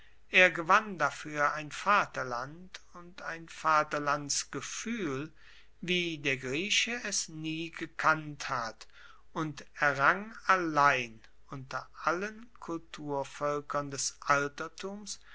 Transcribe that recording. er gewann dafuer ein vaterland und ein vaterlandsgefuehl wie der grieche es nie gekannt hat und errang allein unter allen kulturvoelkern des altertums